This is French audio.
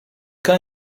cas